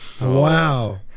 Wow